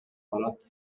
барат